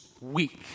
weak